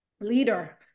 leader